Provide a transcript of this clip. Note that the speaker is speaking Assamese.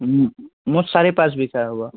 মোৰ চাৰি পাঁচ বিঘা হ'ব